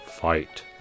fight